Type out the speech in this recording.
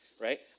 right